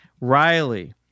riley